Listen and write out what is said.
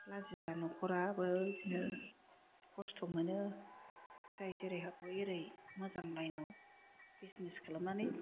लाजिबा न'खराबो बिदिनो खस्थ' मोनो जाय जेरै हागौ एरै मोजां लाइनाव बीजनेज खालामनानै